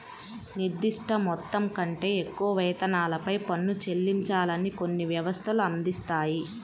నిర్దిష్ట మొత్తం కంటే ఎక్కువ వేతనాలపై పన్ను చెల్లించాలని కొన్ని వ్యవస్థలు అందిస్తాయి